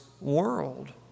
world